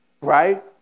right